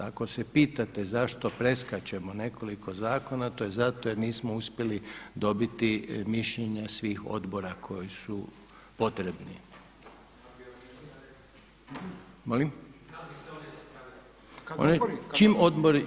Ako se pitate zašto preskačemo nekoliko zakona to je zato jer nismo uspjeli dobiti mišljenja svih odbora koji su potrebni. … [[Upadica sa strane, ne čuje se.]] Molim?